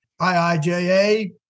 IIJA